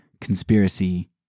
conspiracy